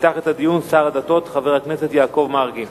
יפתח את הדיון שר הדתות חבר הכנסת יעקב מרגי,